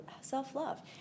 self-love